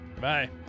Bye